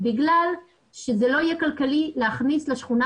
בגלל שזה לא יהיה כלכלי להכניס לשכונה